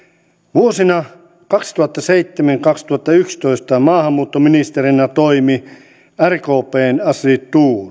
vuosina kaksituhattaseitsemän viiva kaksituhattayksitoista maahanmuuttoministerinä toimi rkpn astrid